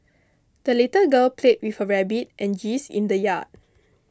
the little girl played with her rabbit and geese in the yard